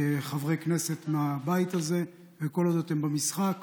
חברי כנסת מהבית הזה, וכל עוד אתם במשחק